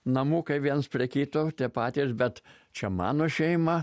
namukai viens prie kito tie patys bet čia mano šeima